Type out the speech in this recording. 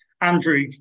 Andrew